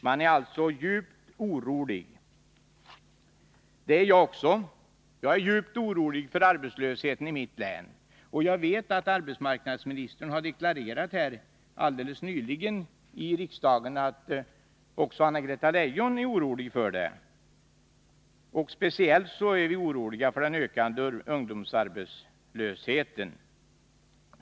Man är alltså djupt orolig, och det är jag också. Jag är djupt orolig för arbetslösheten i mitt län. Jag vet att arbetsmarknadsministern alldeles nyligen har deklarerat i riksdagen att också hon är orolig. Särskilt stor är oron för den ökande ungdomsarbetslösheten.